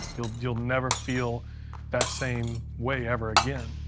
you'll you'll never feel that same way ever again.